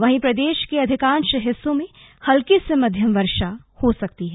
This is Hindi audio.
वहीं प्रदेश के अधिकांश हिस्सों में हल्की से मध्मय वर्षा हो सकती है